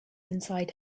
inside